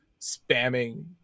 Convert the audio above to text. spamming